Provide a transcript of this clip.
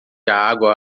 água